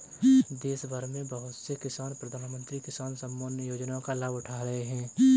देशभर में बहुत से किसान प्रधानमंत्री किसान सम्मान योजना का लाभ उठा रहे हैं